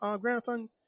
grandson